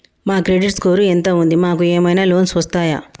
మా credit score ఎంత ఉంది? మాకు ఏమైనా లోన్స్ వస్తయా?